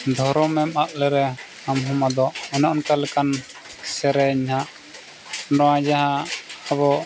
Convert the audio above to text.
ᱫᱷᱚᱨᱚᱢ ᱮᱢ ᱟᱫ ᱞᱮᱨᱮ ᱟᱢᱦᱚᱸᱢ ᱟᱫᱚᱜ ᱚᱱᱮ ᱚᱱᱠᱟ ᱞᱮᱠᱟᱱ ᱥ ᱮᱨᱮᱧ ᱦᱟᱸᱜ ᱱᱚᱣᱟ ᱡᱟᱦᱟᱸ ᱟᱵᱚ